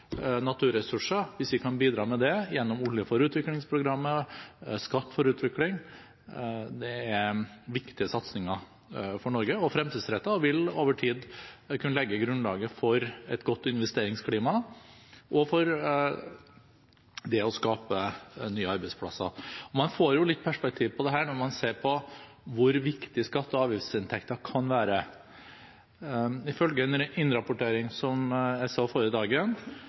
naturressurser gjennom programmene Olje for utvikling og Skatt for utvikling, er det viktige og fremtidsrettede satsninger for Norge og vil over tid kunne legge grunnlaget for et godt investeringsklima og for det å skape nye arbeidsplasser. Man får jo litt perspektiv på dette når man ser på hvor viktig skatte- og avgiftsinntekter kan være. Ifølge en innrapportering som jeg så forrige dagen,